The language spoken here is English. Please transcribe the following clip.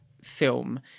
film